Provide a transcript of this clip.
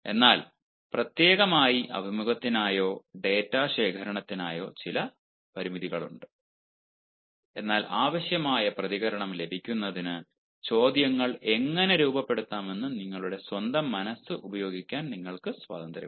എന്നാൽ പ്രത്യേകമായി അഭിമുഖത്തിനായോ ഡാറ്റാ ശേഖരണത്തിനായോ ചില പരിമിതികളുണ്ട് എന്നാൽ ആവശ്യമായ പ്രതികരണം ലഭിക്കുന്നതിന് ചോദ്യങ്ങൾ എങ്ങനെ രൂപപ്പെടുത്താമെന്ന് നിങ്ങളുടെ സ്വന്തം മനസ്സ് ഉപയോഗിക്കാൻ നിങ്ങൾക്ക് സ്വാതന്ത്ര്യമുണ്ട്